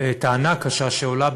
טענה קשה שעולה,